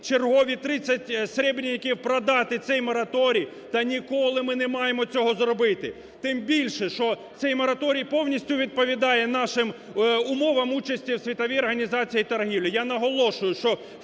чергові 30 серебряників продати цей мораторій? Та ніколи ми не маємо цього зробити. Тим більше, що цей мораторій повністю відповідає нашим умовам участі в Світовій організації торгівлі.